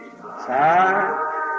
side